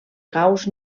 gauss